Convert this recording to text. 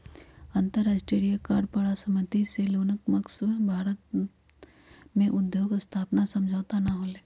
अंतरराष्ट्रीय कर पर असहमति से एलोनमस्क द्वारा भारत में उद्योग स्थापना समझौता न होलय